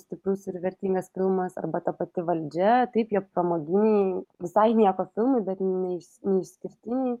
stiprus ir vertingas filmas arba ta pati valdžia taip jie pramoginiai visai nieko filmai bet neišs neišskirtiniai